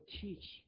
teach